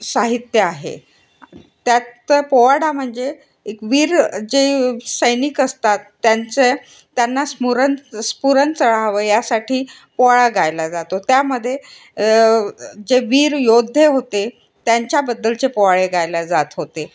साहित्य आहे त्यात पोवाडा म्हणजे एक वीर जे सैनिक असतात त्यांचे त्यांना स्फूरण चढावं यासाठी पोवाडा गायला जातो त्यामध्ये जे वीर योद्धे होते त्यांच्याबद्दलचे पोवाडे गायले जात होते